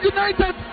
United